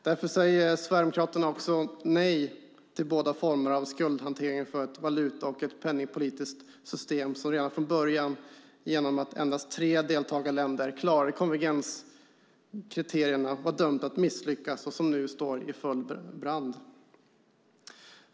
Därför säger Sverigedemokraterna också nej till båda formerna av skuldhantering för ett valuta och penningpolitiskt system som redan från början, genom att endast tre deltagarländer klarade konvergenskraven, var dömt att misslyckas och som nu står i full brand.